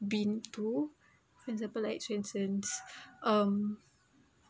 been to for example like swensen's um